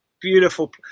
Beautiful